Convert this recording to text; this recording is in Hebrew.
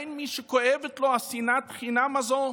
האין מי שכואבת לו שנאת החינם הזו?